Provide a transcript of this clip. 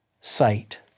sight